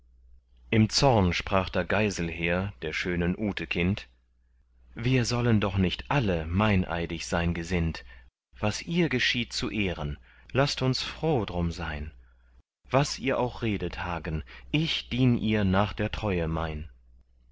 im zorn sprach da geiselher der schönen ute kind wir sollen doch nicht alle meineidig sein gesinnt was ihr geschieht zu ehren laßt uns froh drum sein was ihr auch redet hagen ich dien ihr nach der treue mein